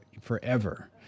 forever